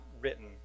written